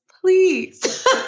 please